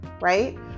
right